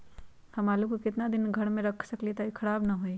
हम आलु को कितना दिन तक घर मे रख सकली ह ताकि खराब न होई?